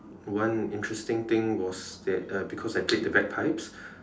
one interesting thing was that uh because I played the bagpipes